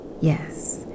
Yes